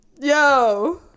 yo